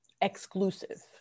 exclusive